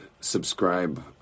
subscribe